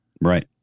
Right